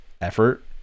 effort